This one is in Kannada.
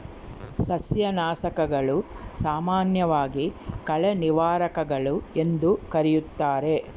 ಸಸ್ಯನಾಶಕಗಳು, ಸಾಮಾನ್ಯವಾಗಿ ಕಳೆ ನಿವಾರಕಗಳು ಎಂದೂ ಕರೆಯುತ್ತಾರೆ